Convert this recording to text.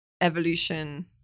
evolution